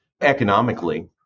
economically